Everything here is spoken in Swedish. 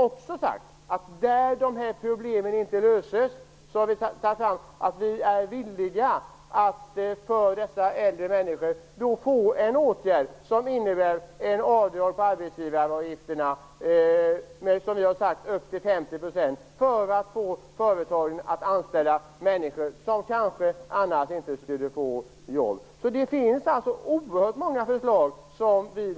Om dessa problem inte löses har vi sagt att vi är villiga att införa en åtgärd för dessa äldre människor som innebär ett avdrag på arbetsgivaravgifterna med upp till 50 % för att få företagen att anställa människor som kanske annars inte skulle få jobb. Vi lägger alltså fram oerhört många förslag.